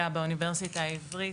וחברי הכנסת מתחלפים